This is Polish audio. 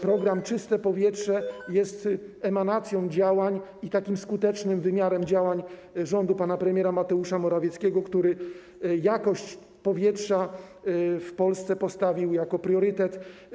Program „Czyste powietrze” jest emanacją i skutecznym wymiarem działań rządu pana premiera Mateusza Morawieckiego, który jakość powietrza w Polsce przyjął jako priorytet.